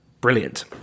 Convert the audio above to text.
brilliant